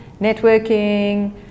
networking